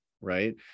Right